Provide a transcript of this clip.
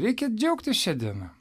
reikia džiaugtis šiandiena